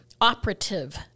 operative